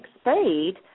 speed